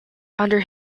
under